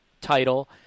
title